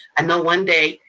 and the one day,